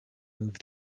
move